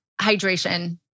Hydration